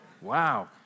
Wow